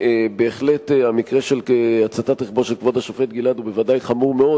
המקרה של הצתת רכבו של כבוד השופט גלעד הוא בוודאי חמור מאוד,